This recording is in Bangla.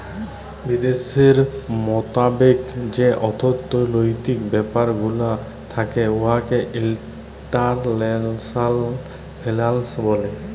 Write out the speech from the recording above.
বিদ্যাশের মতাবেক যে অথ্থলৈতিক ব্যাপার গুলা থ্যাকে উয়াকে ইল্টারল্যাশলাল ফিল্যাল্স ব্যলে